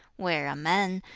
where a man,